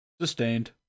Sustained